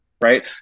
right